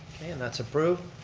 okay and that's approved.